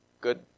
good